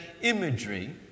imagery